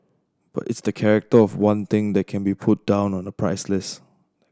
but it's the character of one thing that can't be put down on a price list